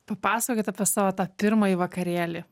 papasakokit apie savo tą pirmąjį vakarėlį